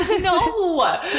No